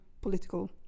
political